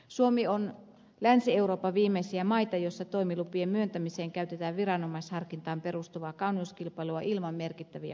suomi on länsi euroopan viimeisiä maita joissa toimilupien myöntämiseen käytetään viranomaisharkintaan perustuvaa kauneuskilpailua ilman merkittäviä maksuja